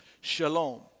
Shalom